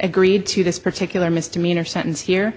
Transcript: agreed to this particular misdemeanor sentence here